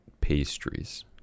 pastries